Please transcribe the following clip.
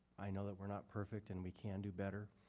i know that we are not perfect and we can do better.